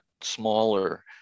smaller